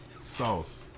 Sauce